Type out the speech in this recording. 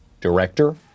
Director